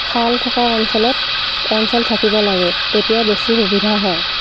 খাল থকা অঞ্চলত অঞ্চল থাকিব লাগে তেতিয়া বেছি সুবিধা হয়